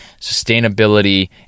sustainability